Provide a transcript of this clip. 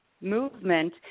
movement